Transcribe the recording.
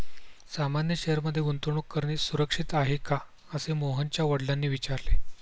सामान्य शेअर मध्ये गुंतवणूक करणे सुरक्षित आहे का, असे मोहनच्या वडिलांनी विचारले